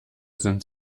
sind